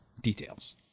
details